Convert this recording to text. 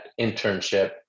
internship